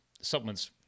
supplements